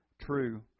true